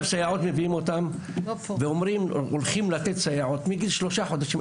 אומרים הולכים לתת סייעות מגיל שלושה חודשים.